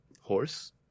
Horse